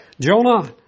Jonah